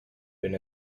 been